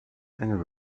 and